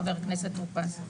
חבר הכנסת טור פז.